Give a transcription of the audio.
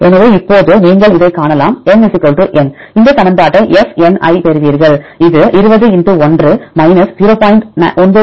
எனவே இப்போது நீங்கள் இதைக் காணலாம் N n இந்த சமன்பாட்டை f n i பெறுவீர்கள் இது 20 1 0